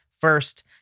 first